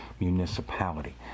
municipality